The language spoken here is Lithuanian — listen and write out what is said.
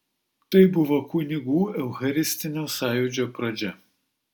tai buvo kunigų eucharistinio sąjūdžio pradžia